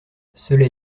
cela